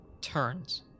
turns